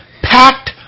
packed